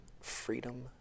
Freedom